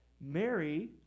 Mary